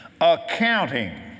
accounting